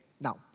now